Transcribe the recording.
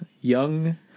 young